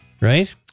Right